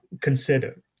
consider